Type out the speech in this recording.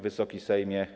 Wysoki Sejmie!